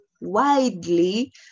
widely